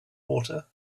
water